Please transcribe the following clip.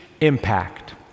impact